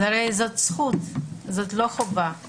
הרי זאת זכות, זאת לא חובה.